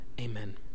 Amen